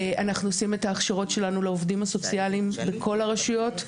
אנחנו עושים את ההכשרות שלנו לעובדים הסוציאליים בכל הרשויות.